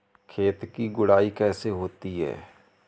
खेत की गुड़ाई कैसे होती हैं?